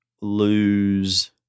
lose